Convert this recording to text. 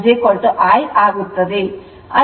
46 ampere I ಆಗುತ್ತದೆ